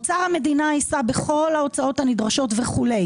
אוצר המדינה יישא בכל ההוצאות הנדרשות וכו'.